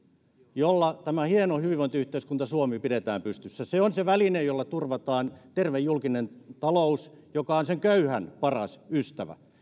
jolla tämä hieno hyvinvointiyhteiskunta suomi pidetään pystyssä se on se väline jolla turvataan terve julkinen talous joka on köyhän paras ystävä